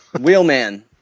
Wheelman